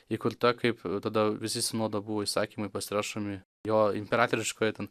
įkurta kaip tada visi sinodo buvo įsakymai pasirašomi jo imperatoriškoje ten